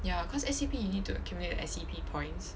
ya cause S_E_P you will need to accumulate the S_E_P points